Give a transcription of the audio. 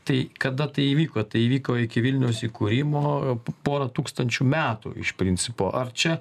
tai kada tai įvyko tai įvyko iki vilniaus įkūrimo porą tūkstančių metų iš principo ar čia